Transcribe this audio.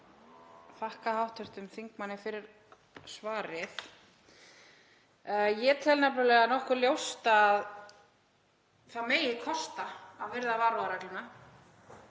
þakka hv. þingmanni fyrir svarið. Ég tel nefnilega nokkuð ljóst að það megi kosta að virða varúðarregluna,